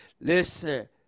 listen